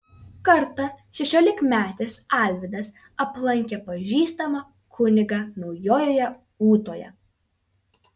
kartą šešiolikmetis alvydas aplankė pažįstamą kunigą naujojoje ūtoje